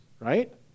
right